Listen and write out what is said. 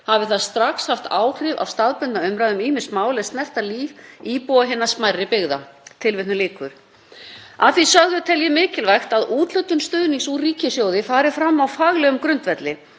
hafi það strax haft áhrif á staðbundna umræðu um ýmis mál er snerta líf íbúa hinna smærri byggða. Að því sögðu tel ég mikilvægt að úthlutun stuðnings úr ríkissjóði fari fram á faglegum grundvelli